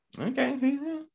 Okay